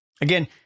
Again